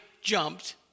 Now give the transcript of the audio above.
jumped